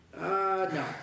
No